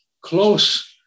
close